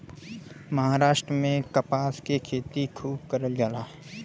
महाराष्ट्र में कपास के खेती खूब करल जाला